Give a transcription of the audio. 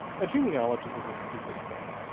a genealogy is a stupid thing.